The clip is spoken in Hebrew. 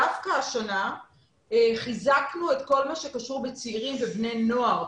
דווקא השנה חיזקנו את כל מה שקשור בצעירים ובני נוער.